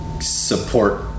support